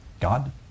God